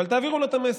אבל תעבירו לו את המסר,